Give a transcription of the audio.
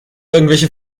irgendwelche